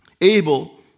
Abel